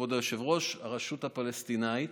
כבוד היושב-ראש, שהרשות הפלסטינית